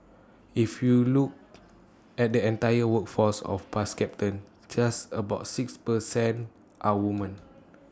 if you look at the entire workforce of bus captains just about six per cent are women